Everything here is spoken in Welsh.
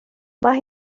mae